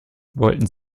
wollten